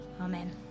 Amen